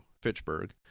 fitchburg